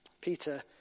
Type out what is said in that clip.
Peter